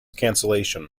cancellation